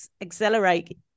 accelerate